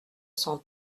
cent